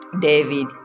David